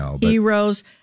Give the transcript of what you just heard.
heroes